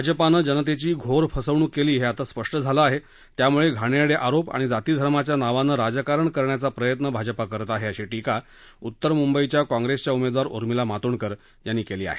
भाजपा जनतेची घोर फसवणूक केली हे आता स्पष्ट झाल्झिहे त्यामुळे घाणेरडे आरोप आणि जातीधर्माच्या नावानं राजकारण करण्याचा प्रयत्न भाजप करत आहे अशी टीका उत्तर मुद्धिच्या कॉप्रेस उमेदवार उर्मिला मातोंडकर याप्ती केली आहे